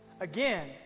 Again